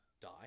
die